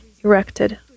erected